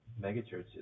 megachurches